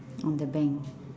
on the bank